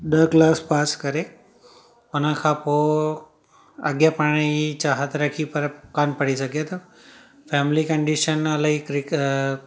ॾह class pass करे उन खां पोइ अॻिते पढ़ण जी चाहत रखी पर कोन पढ़ी सघियुमि फैमिली कंडिशन इलाही क्रिक